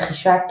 רכישת